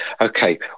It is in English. okay